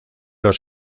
los